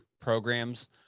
programs